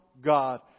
God